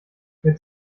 mit